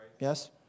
Yes